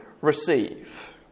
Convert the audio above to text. receive